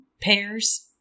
pears